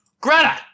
Greta